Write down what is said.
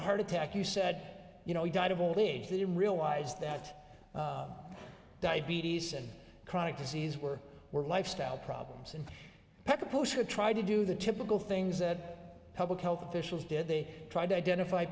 a heart attack you said you know he died of old age they didn't realize that diabetes and chronic disease were were lifestyle problems and peca push to try to do the typical things that public health officials did they tried to identify